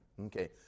Okay